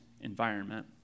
environment